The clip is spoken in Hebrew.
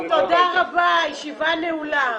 תודה רבה, הישיבה נעולה.